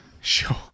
Sure